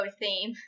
theme